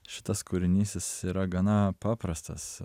šitas kūrinys jis yra gana paprastas